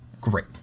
great